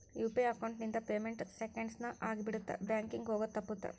UPI account ಇಂದ payment seconds ನ ಆಗಿಬಿಡತ್ತ ಬ್ಯಾಂಕಿಂಗ್ ಹೋಗೋದ್ ತಪ್ಪುತ್ತ